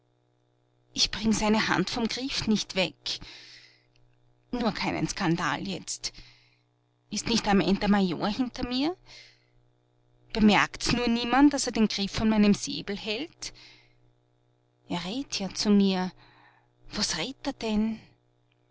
ich bring seine hand vom griff nicht weg nur keinen skandal jetzt ist nicht am end der major hinter mir bemerkt's nur niemand daß er den griff von meinem säbel hält er red't ja zu mir was red't er denn